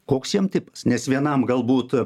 koks jam tipas nes vienam galbūt